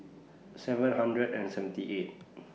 seven hundred and seventy eight